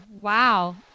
Wow